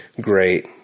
great